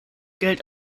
geld